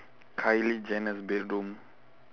kylie jenner's bedroom